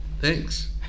thanks